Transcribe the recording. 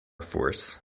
force